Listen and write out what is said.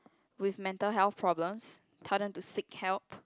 with metal health problems tell them to seek help